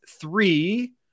three